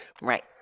Right